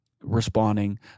responding